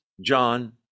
John